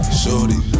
shorty